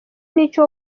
nicyo